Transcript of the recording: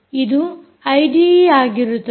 ಇದು ಐಡಿಈ ಆಗಿರುತ್ತದೆ